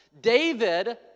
David